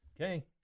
Okay